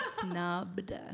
snubbed